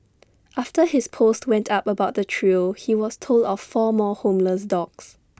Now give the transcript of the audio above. after his post went up about the trio he was told of four more homeless dogs